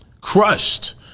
crushed